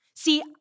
See